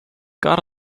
got